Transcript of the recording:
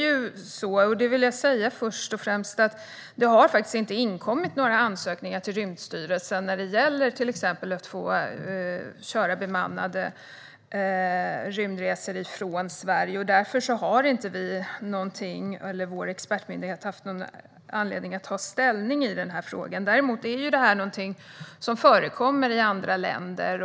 Först vill jag säga att det faktiskt inte har inkommit några ansökningar till Rymdstyrelsen exempelvis när det gäller att få göra bemannade rymdresor från Sverige. Därför har vår expertmyndighet inte haft någon anledning att ta ställning i frågan. Däremot är ju detta något som förekommer i andra länder.